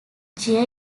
gear